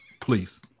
Please